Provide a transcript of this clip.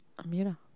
Amira